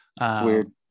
Weird